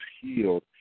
healed